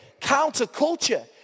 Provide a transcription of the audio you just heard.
counterculture